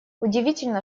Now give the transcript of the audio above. удивительно